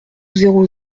zéro